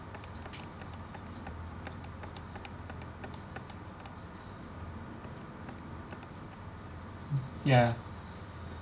ya